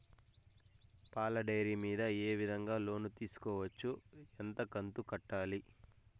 పాల డైరీ మీద ఏ విధంగా లోను తీసుకోవచ్చు? ఎంత కంతు కట్టాలి?